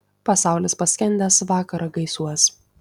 pasaulis paskendęs vakaro gaisuos